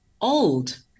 old